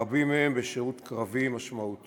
רבים מהם בשירות קרבי משמעותי,